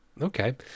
okay